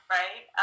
right